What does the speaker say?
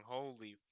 Holy